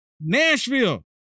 Nashville